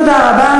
תודה רבה.